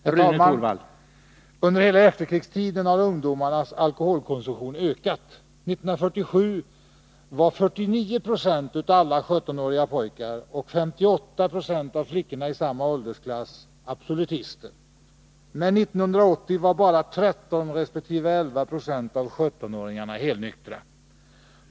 Herr talman! Under hela efterkrigstiden har ungdomarnas alkoholkonsumtion ökat. 1947 var 49 96 av alla 17-åriga pojkar och 58 26 av flickorna i samma åldersklass absolutister. Men 1980 var bara 13 resp. 1196 av 17-åringarna helnykterister.